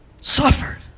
Suffered